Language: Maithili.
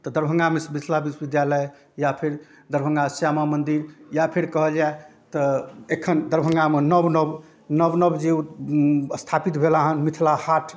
तऽ दरभङ्गा विस विश्वविद्यालय या फेर दरभङ्गा श्यामा मन्दिर या फेर कहल जाए तऽ एखन दरभङ्गामे नव नव नव नव जे स्थापित भेल हँ मिथिला हाट